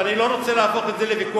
ואני לא רוצה להפוך את זה לוויכוח,